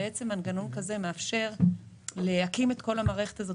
בעצם מנגנון כזה מאפשר להקים את כל המערכת הזאת